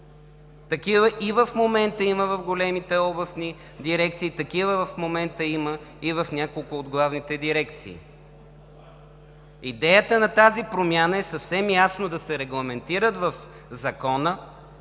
Такива в момента има в големите областни дирекции, такива в момента има и в няколко от главните дирекции. Идеята на тази промяна е съвсем ясно да се регламентират в Закона,